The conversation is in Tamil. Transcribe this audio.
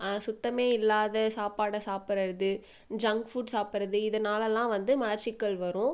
சுத்தம் இல்லாத சாப்பாடை சாப்பிட்றது ஜங்க் ஃபுட் சாப்பிட்றது இதனால் எல்லாம் வந்து மலச்சிக்கல் வரும்